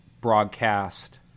broadcast